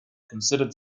considered